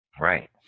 Right